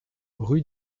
rue